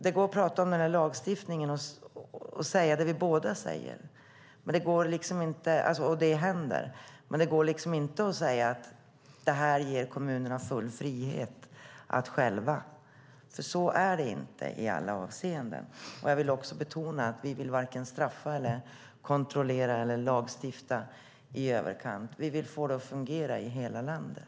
Det går att tala om lagstiftningen och säga det vi båda säger, och det händer. Men det går inte att säga att det ger kommunerna full frihet att bestämma själva. Så är det inte i alla avseenden. Jag vill betona att vi varken vill straffa, kontrollera eller lagstifta i överkant. Vi vill få det att fungera i hela landet.